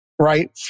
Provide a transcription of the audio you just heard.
Right